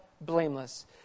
blameless